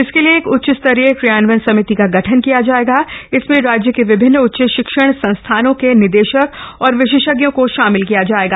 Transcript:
इसके लिए एक उच्च स्तरीय क्रियान्वयन समिति का गठन किया जाएगा जिसमें राज्य के विभिन्न उच्च शिक्षण संस्थानों के निदेशक और विशेषज्ञों को शामिल किया जाएगा